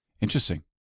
Interesting